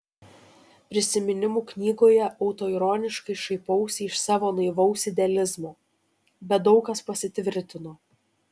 prisiminimų knygoje autoironiškai šaipausi iš savo naivaus idealizmo bet daug kas pasitvirtino